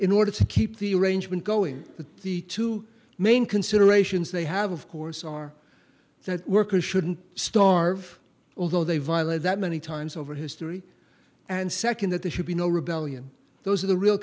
in order to keep the arrangement going that the two main considerations they have of course are that workers shouldn't starve although they violate that many times over history and second that there should be no rebellion those are the real